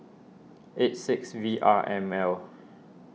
eight six V R M L